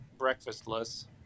breakfastless